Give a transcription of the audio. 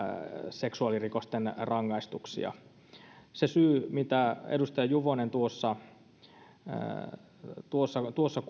seksuaalirikosten rangaistuksia se syy mitä edustaja juvonen tuossa tuossa